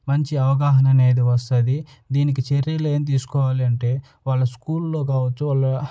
మంచి అవగాహన అనేది వస్తది దీనికి చర్యలు ఏం తీసుకోవాలి అంటే వాళ్ళ స్కూల్లో కావచ్చు వాళ్ళ